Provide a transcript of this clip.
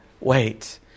Wait